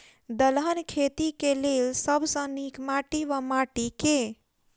दलहन खेती केँ लेल सब सऽ नीक माटि वा माटि केँ?